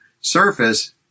surface